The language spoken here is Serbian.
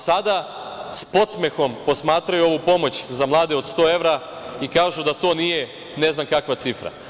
Sada, s podsmehom posmatraju ovu pomoć za mlade od 100 evra i kažu da to nije ne znam kakva cifra.